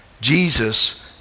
Jesus